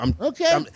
Okay